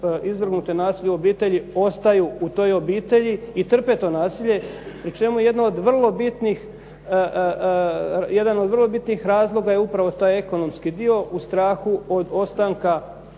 izvrgnute nasilju u obitelji ostaju u toj obitelji i trpe to nasilje. Pri čemu jedno od vrlo bitnih razloga je upravo taj jedan ekonomski dio u strahu od ostanka,